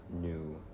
new